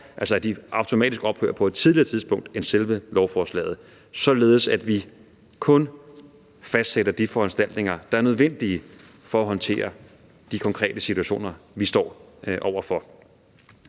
så de automatisk ophører på et tidligere tidspunkt, end selve loven udløber, således at vi kun fastsætter de foranstaltninger, der er nødvendige for at håndtere de konkrete situationer, vi står over for.